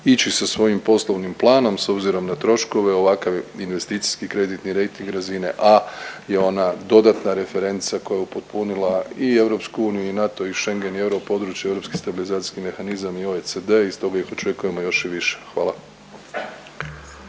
ići sa svojim poslovnim planom s obzirom na troškove ovakav investicijski kreditni rejting razine A je ona dodatna referenca koja je upotpunila i EU i NATO i Schengen i europodručje i Europski stabilizacijski mehanizam i OECD i stoga ih očekujemo još i više, hvala.